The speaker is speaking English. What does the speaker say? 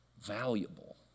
valuable